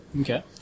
Okay